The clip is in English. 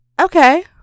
okay